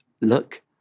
Look